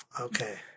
Okay